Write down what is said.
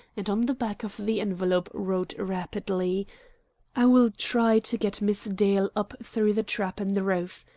and on the back of the envelope wrote rapidly i will try to get miss dale up through the trap in the roof.